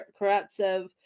Karatsev